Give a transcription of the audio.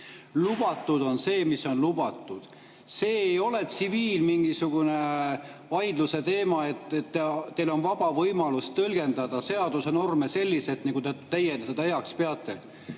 lubatud on see, mis on lubatud. See ei ole mingisugune tsiviilvaidluse teema, et teil on vaba võimalus tõlgendada seaduse norme selliselt, nagu teie seda heaks peate.